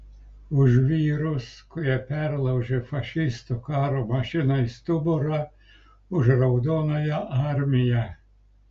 už vyrus kurie perlaužė fašistų karo mašinai stuburą už raudonąją armiją